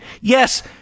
Yes